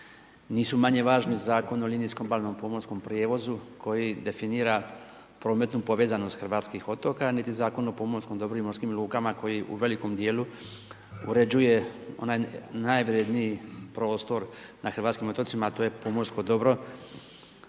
nisu manje važni zakon o linijskom obalnom pomorskom prijevozu koji definira prometni povezanost hrvatskih otoka niti Zakon o pomorskom dobru i morskim lukama koji u velikom djelu uređuje onaj najvrjedniji prostor na hrvatskim otocima a to je pomorsko dobro